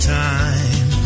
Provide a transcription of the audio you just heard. time